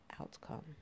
outcome